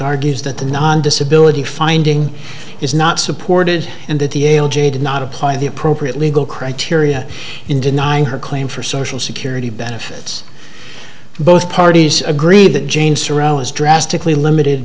argues that the non disability finding is not supported and that the ael j did not apply the appropriate legal criteria in denying her claim for social security benefits both parties agree that jane surrounds drastically limited